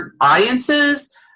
audiences